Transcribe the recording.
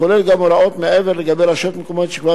הכולל גם הוראות מעבר לגבי רשויות מקומיות שכבר